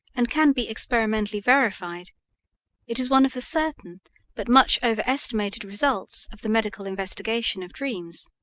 and can be experimentally verified it is one of the certain but much overestimated results of the medical investigation of dreams.